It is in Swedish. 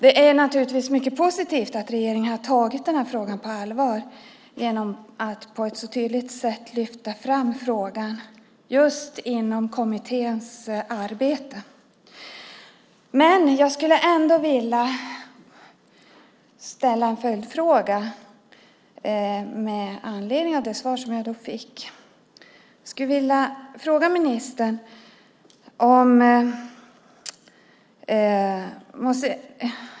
Det är naturligtvis mycket positivt att regeringen har tagit frågan på allvar genom att på ett så tydligt sätt lyfta fram den inom Integritetsskyddskommitténs arbete. Jag skulle ändå vilja ställa en följdfråga med anledning av det svar jag fick.